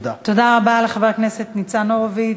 תודה רבה לחבר הכנסת ניצן הורוביץ.